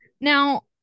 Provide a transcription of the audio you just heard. now